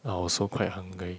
I also quite hungry